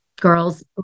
girl's